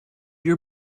your